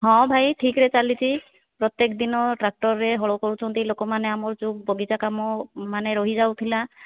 ହଁ ଭାଇ ଠିକ୍ରେ ଚାଲିଛି ପ୍ରତ୍ୟେକ ଦିନ ଟ୍ରାକ୍ଟରରେ ହଳ କରୁଛନ୍ତି ଲୋକମାନେ ଆମର ଯେଉଁ ବଗିଚା କାମ ମାନେ ରହିଯାଉଥିଲା